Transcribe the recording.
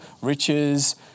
riches